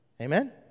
Amen